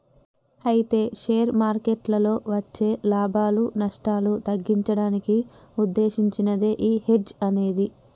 అయితే షేర్ మార్కెట్లలో వచ్చే లాభాలు నష్టాలు తగ్గించడానికి ఉద్దేశించినదే ఈ హెడ్జ్ అనేది